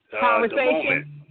Conversation